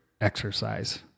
exercise